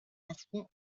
parfois